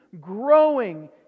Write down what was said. Growing